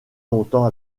longtemps